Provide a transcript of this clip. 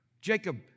Jacob